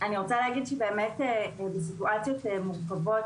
באיזה מרחבים היא קורית,